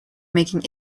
making